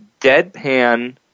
deadpan